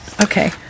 okay